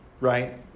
Right